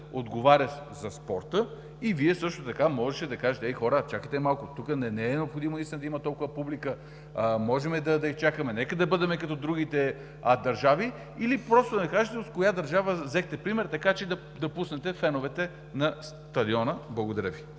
отговарящ за спорта. Можеше да кажете: Хей, хора, чакайте малко! Тук не е необходимо да има толкова публика. Можем да изчакаме, нека да бъдем като другите държави! Или просто да ни кажете от коя държава взехте пример, така че да пуснете феновете на стадиона? Благодаря Ви.